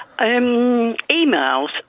emails